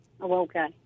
Okay